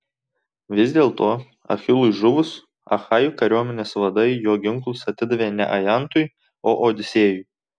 vis dėlto achilui žuvus achajų kariuomenės vadai jo ginklus atidavė ne ajantui o odisėjui